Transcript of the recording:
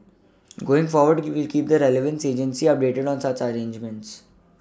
going forward we will keep that relevant agencies see updated on such arrangements